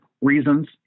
reasons